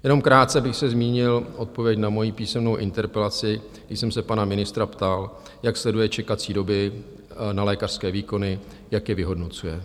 Jenom krátce bych se zmínil k odpovědi na moji písemnou interpelaci, když jsem se pana ministra ptal, jak sleduje čekací doby na lékařské výkony, jak je vyhodnocuje.